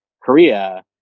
Korea